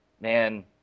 man